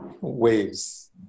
waves